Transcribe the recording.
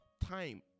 time